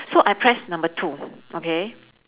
so I press number two okay